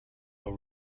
but